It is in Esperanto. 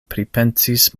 pripensis